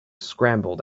scrambled